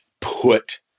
put